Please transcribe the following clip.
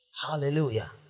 Hallelujah